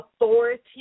authority